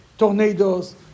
Tornadoes